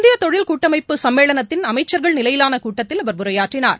இந்திய தொழில் கூட்டமைப்பு சம்மேளனத்தின் அமைச்சர்கள் நிலையிலான கூட்டத்தில் அவர் உரையாற்றினார்